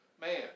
man